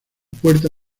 puerta